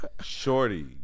shorty